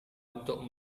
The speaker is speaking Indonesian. untuk